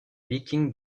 vikings